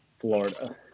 Florida